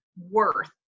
worth